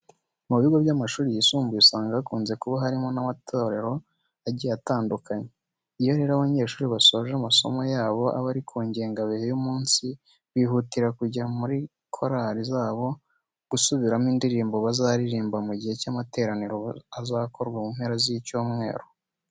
Mu bigo by'amashuri yisumbuye usanga hakunze kuba harimo n'amatorero agiye atandukanye. Iyo rero abanyeshuri basoje kwiga amasomo yabo aba ari kungengabihe y'umunsi bihutira kujya muri korari zabo gusubiramo indirimbo bazaririmba mu gihe cy'amateraniro azakorwa mu mpera z'icyumweru.